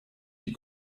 die